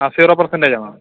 ആ സീറോ പേർസെൻ്റേജാണോ